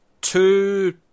two